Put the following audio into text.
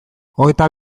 hogeita